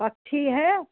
पक्षी हैं